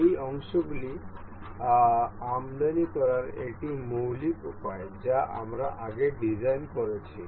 এই অংশগুলি আমদানি করার এটি মৌলিক উপায় যা আমরা আগে ডিজাইন করেছি